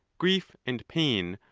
grief, and pain,